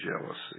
jealousy